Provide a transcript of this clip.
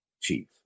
Chief